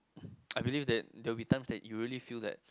I believe that there will be times that you really feel that